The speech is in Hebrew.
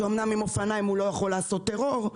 שאומנם עם אופניים הוא לא יכול לעשות טרור,